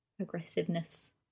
aggressiveness